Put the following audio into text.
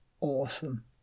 awesome